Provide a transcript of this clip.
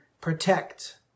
protect